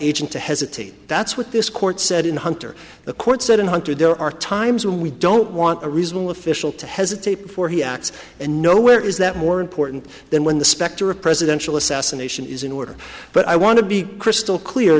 agent to hesitate that's what this court said in hunter the court said in hunter there are times when we don't want a reasonable official to hesitate before he acts and nowhere is that more important than when the specter of presidential assassination is in order but i want to be crystal clear